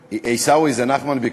עיסאווי, זה נחמן ביקש.